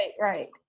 right